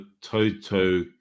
Toto